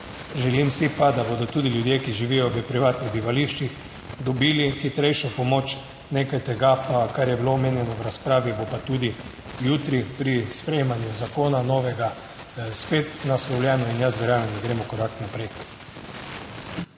želim si pa, da bodo tudi ljudje, ki živijo v privatnih bivališčih, dobili hitrejšo pomoč. Nekaj tega pa, kar je bilo omenjeno v razpravi, bo pa tudi jutri pri sprejemanju zakona novega spet naslovljeno in jaz verjamem, da gremo korak naprej.